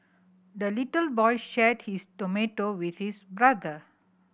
the little boy shared his tomato with his brother